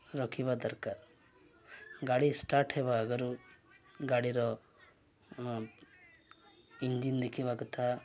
ରଖିବା ଦରକାର ଗାଡ଼ି ଷ୍ଟାର୍ଟ୍ ହେବା ଆଗରୁ ଗାଡ଼ିର ଇଞ୍ଜିନ୍ ଦେଖିବା କଥା